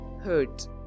hurt